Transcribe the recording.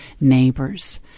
neighbors